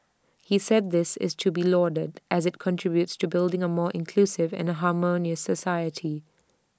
he said this is to be lauded as IT contributes to building A more inclusive and A harmonious society